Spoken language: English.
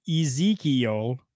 Ezekiel